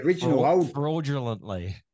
fraudulently